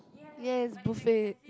yes buffet